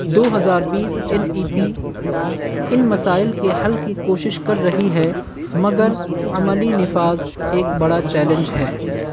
دو ہزار بیس N E P ان مسائل کے حل کی کوشش کر رہی ہے مگر عملی نفاظ ایک بڑا چیلنج ہے